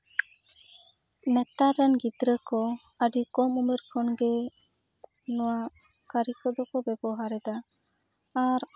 ᱱᱮᱛᱟᱨ ᱨᱮᱱ ᱜᱤᱫᱽᱨᱟᱹ ᱠᱚ ᱟᱹᱰᱤ ᱠᱚᱢ ᱩᱢᱮᱨ ᱠᱷᱚᱱ ᱜᱮ ᱱᱚᱣᱟ ᱠᱟᱹᱨᱤ ᱠᱚᱫᱚ ᱠᱚ ᱵᱮᱵᱚᱦᱟᱨᱮᱫᱟ ᱟᱨ